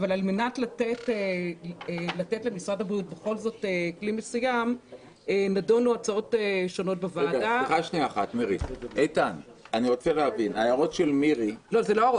אנחנו עוברים לנושא האחרון בסדר היום - פניית יושב ראש